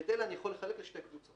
את אלה אני יכול לחלק לשתי קבוצות: